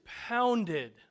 pounded